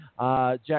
Jack